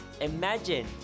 Imagine